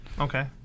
okay